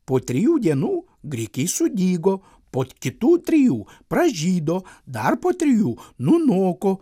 po trijų dienų grikiai sudygo po kitų trijų pražydo dar po trijų nunoko